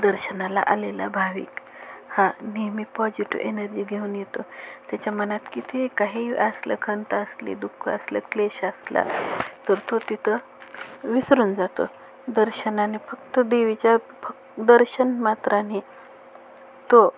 दर्शनाला आलेला भाविक हा नेहमी पॉजिटिव्ह एनर्जी घेऊन येतो त्याच्या मनात किती काही असलं खंत असली दुःख असलं क्लेश असला तर तो तिथं विसरून जातो दर्शनाने फक्त देवीच्या फक् दर्शनमात्राने तो